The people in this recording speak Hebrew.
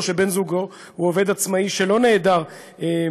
או שבן זוגו הוא עובד עצמאי שאינו נעדר מעיסוקו,